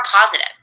positive